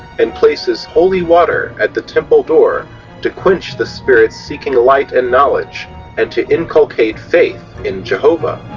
and places holy water at the temple door to quench the spirits seeking light and knowledge and to inculcate faith in jehovah.